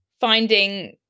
finding